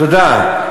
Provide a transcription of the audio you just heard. תודה.